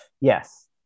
Yes